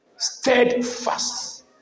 Steadfast